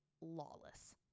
lawless